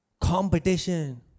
competition